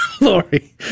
Lori